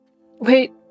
wait